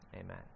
Amen